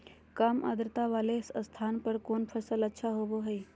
काम आद्रता वाले स्थान पर कौन फसल अच्छा होबो हाई?